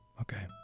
okay